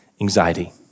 anxiety